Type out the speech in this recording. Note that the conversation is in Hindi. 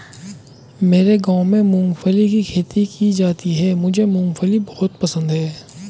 मेरे गांव में मूंगफली की खेती की जाती है मुझे मूंगफली बहुत पसंद है